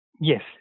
Yes